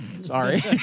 Sorry